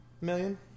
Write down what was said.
million